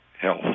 health